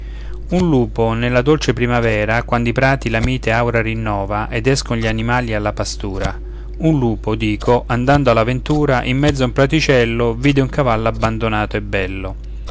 un lupo nella dolce primavera quando i prati la mite aura rinnova ed escon gli animali alla pastura un lupo dico andando alla ventura in mezzo a un praticello vide un cavallo abbandonato e bello